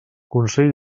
consell